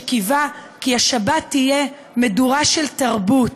שקיווה כי השבת תהיה מדורה של תרבות,